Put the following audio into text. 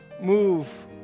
move